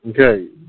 Okay